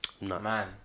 Man